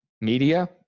media